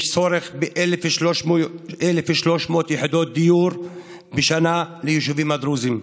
יש צורך ב-1,300 יחידות דיור בשנה ליישובים הדרוזיים.